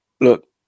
look